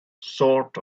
sort